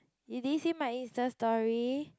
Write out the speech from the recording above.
you didn't see my Insta story